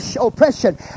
oppression